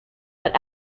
but